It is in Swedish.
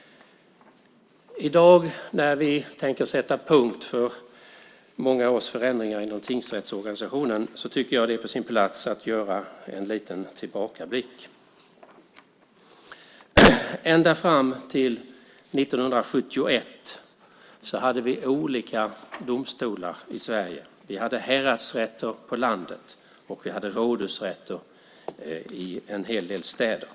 I dag när vi tänker sätta punkt för många års förändringar inom rättsorganisationer är det på sin plats att göra en liten tillbakablick. Ända fram till år 1971 hade vi olika domstolar i Sverige. Vi hade häradsrätter på landet och rådhusrätter i en hel del städer.